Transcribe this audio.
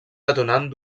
detonant